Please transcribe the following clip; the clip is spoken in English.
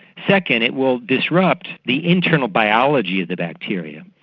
second, it will disrupt the internal biology of the bacteria,